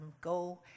go